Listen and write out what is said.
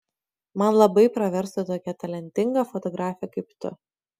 man labai praverstų tokia talentinga fotografė kaip tu